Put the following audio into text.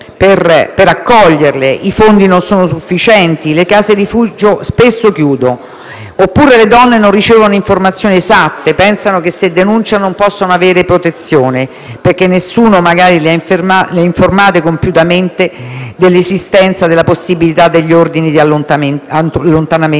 per accoglierle, i fondi non sono sufficienti, le case rifugio spesso chiudono, oppure le donne non ricevono informazioni esatte, pensano che se denunciano non possono avere protezione perché nessuno magari le ha informate compiutamente dell'esistenza della possibilità degli ordini di allontanamento